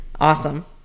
Awesome